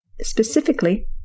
specifically